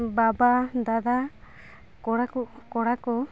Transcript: ᱵᱟᱵᱟ ᱫᱟᱫᱟ ᱠᱚᱲᱟ ᱠᱚ ᱠᱚᱲᱟ ᱠᱚ